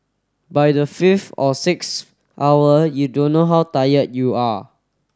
by the fifth or sixth hour you don't know how tired you are